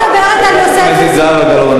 חברת הכנסת זהבה גלאון,